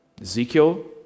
Ezekiel